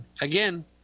again